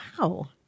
wow